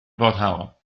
foddhaol